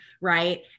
right